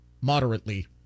moderately